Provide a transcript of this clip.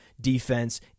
defense